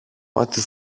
ότι